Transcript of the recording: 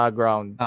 ground